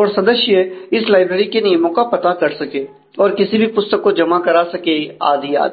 और सदस्य इस लाइब्रेरी के नियमों का पता कर सके और किसी भी पुस्तक को जमा करा सके आदि आदि